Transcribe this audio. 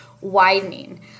widening